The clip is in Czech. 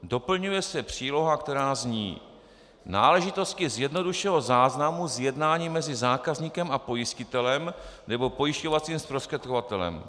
Doplňuje se příloha, která zní: Náležitosti zjednodušeného záznamu z jednání mezi zákazníkem a pojistitelem nebo pojišťovacím zprostředkovatelem.